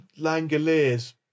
Langoliers